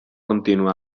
contínua